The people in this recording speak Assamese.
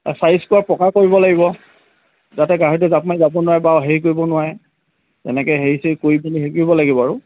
চাৰি পকা কৰিব লাগিব যাতে গাহৰিতো জাপ মাৰি যাব নোৱাৰে বাৰু হেৰি কৰিব নোৱাৰে তেনেকে হেৰি চেৰি কৰি পিনি হে কৰিব লাগিব আৰু